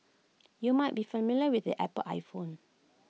you might be familiar with the Apple iPhone